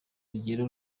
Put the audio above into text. rugero